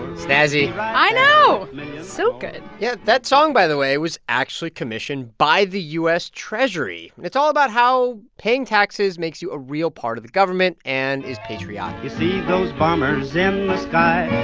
snazzy i know. it's so good yeah. that song, by the way, was actually commissioned by the u s. treasury. it's all about how paying taxes makes you a real part of the government and is patriotic you see those bombers in the sky?